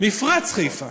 מפרץ חיפה